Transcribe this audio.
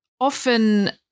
often